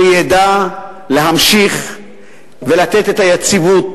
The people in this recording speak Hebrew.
שידע להמשיך ולתת את היציבות,